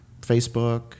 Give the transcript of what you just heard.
facebook